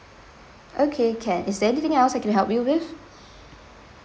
okay can is there anything else I can help you with